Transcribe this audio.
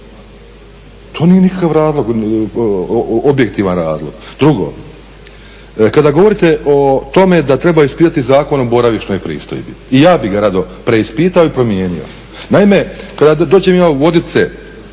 To nije nikakav razlog, objektivan razlog. Drugo, kada govorite o tome da treba ispitati Zakon o boravišnoj pristojbi i ja bih ga rado preispitao i promijenio. Naime, kada dođem ja u Vodice